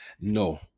No